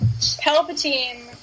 Palpatine